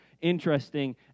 interesting